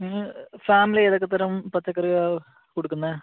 നിങ്ങൾ ഫാമിൽ ഏതൊക്കെത്തരം പച്ചക്കറികളാണ് കൊടുക്കുന്നത്